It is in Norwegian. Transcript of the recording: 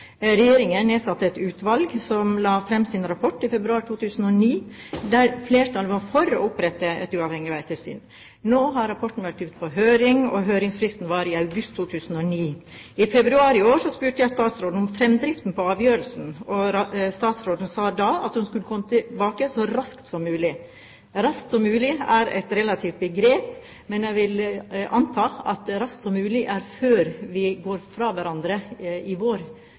Regjeringen nedsatte et utvalg som la fram sin rapport i februar 2009, der flertallet var for å opprette et uavhengig veitilsyn. Nå har rapporten vært ute på høring, og høringsfristen var i august 2009. I februar i år spurte jeg statsråden om fremdriften på avgjørelsen, og statsråden sa da at hun skulle komme tilbake så raskt som mulig. «Så raskt som mulig» er et relativt begrep, men jeg vil anta at «så raskt som mulig» er før vi går fra hverandre i juni i vår,